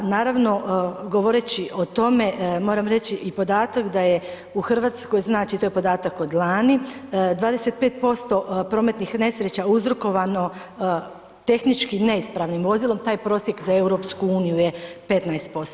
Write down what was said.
Naravno, govoreći o tome moram reći i podatak da je u RH, znači, to je podatak od lani, 25% prometnih nesreća uzrokovano tehnički neispravnim vozilom, taj prosjek za EU je 15%